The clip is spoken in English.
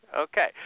Okay